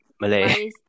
Malay